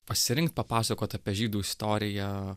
pasirinkt papasakot apie žydų istoriją